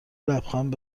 لبخند